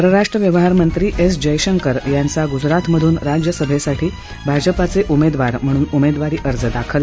परराष्ट्र व्यवहार मंत्र एस जयशंकर यांचा गुजरातमधून राज्यसभेसाठी भाजपाचे उमेदवार म्हणून उमेदवारी अर्ज दाखल